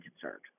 concerned